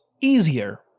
easier